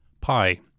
pi